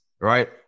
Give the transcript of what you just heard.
right